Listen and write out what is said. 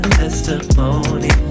testimony